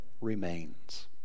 remains